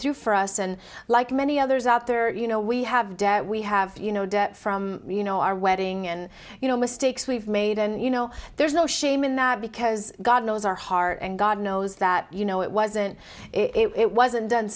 through for us and like many others out there you know we have debt we have you no debt from you know our wedding and you know mistakes we've made and you know there's no shame in that because god knows our heart and god knows that you know it wasn't it wasn't done